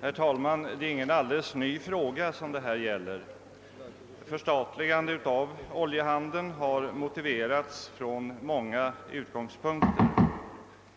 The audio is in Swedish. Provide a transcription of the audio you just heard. Herr talman! Det är ingen alldeles ny fråga som det här gäller. Förstatligande av oljehandeln har motiverats från många utgångspunkter,